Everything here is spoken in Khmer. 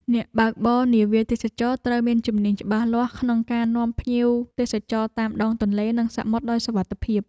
អ្នកបើកបរនាវាទេសចរណ៍ត្រូវមានជំនាញច្បាស់លាស់ក្នុងការនាំភ្ញៀវទស្សនាតាមដងទន្លេនិងសមុទ្រដោយសុវត្ថិភាព។